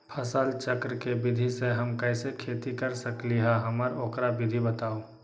फसल चक्र के विधि से हम कैसे खेती कर सकलि ह हमरा ओकर विधि बताउ?